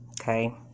Okay